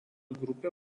grupę